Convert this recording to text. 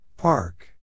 Park